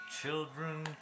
children